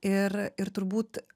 ir ir turbūt